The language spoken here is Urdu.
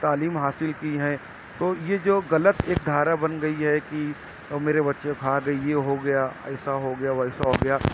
تعلیم حاصل کی ہیں تو یہ جو غلط ایک دھارا بن گئی ہے کہ میرے بچے کو کھا گئی یہ ہوگیا ایسا ہو گیا ویسا ہوگیا